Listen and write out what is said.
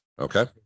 Okay